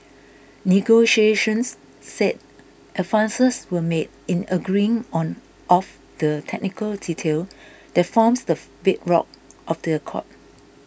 negotiations said advances were made in agreeing on of the technical detail that forms the bedrock of the accord